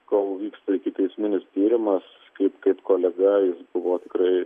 kol vyksta ikiteisminis tyrimas kaip kaip kolega jis buvo tikrai